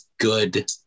good